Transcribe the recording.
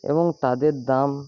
এবং তাদের দাম